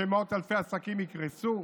שמאות אלפי עסקים יקרסו?